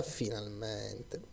finalmente